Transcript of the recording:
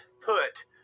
put